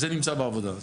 זה נמצא בעבודה.